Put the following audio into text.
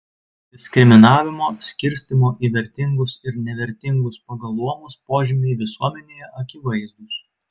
diskriminavimo skirstymo į vertingus ir nevertingus pagal luomus požymiai visuomenėje akivaizdūs